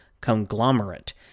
conglomerate